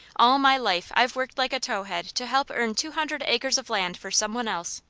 all my life i've worked like a towhead to help earn two hundred acres of land for someone else.